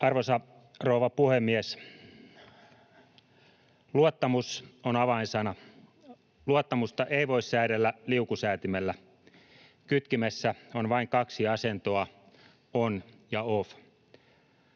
Arvoisa rouva puhemies! Luottamus on avainsana. Luottamusta ei voi säädellä liukusäätimellä. Kytkimessä on vain kaksi asentoa, on ja off.